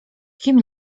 kim